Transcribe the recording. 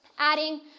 adding